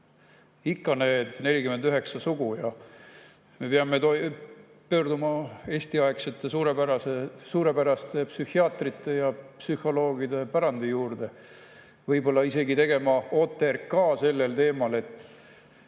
Ikka need 49 sugu ja … Me peame pöörduma eestiaegsete suurepäraste psühhiaatrite ja psühholoogide pärandi juurde, võib-olla isegi tegema OTRK sellel teemal,